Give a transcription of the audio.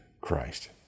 Christ